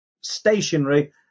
stationary